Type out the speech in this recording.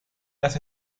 las